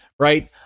Right